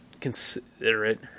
considerate